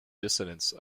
dissonance